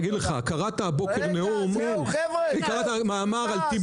רק במשפט, היה ראש עיר